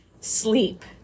sleep